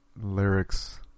lyrics